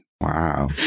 Wow